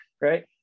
Right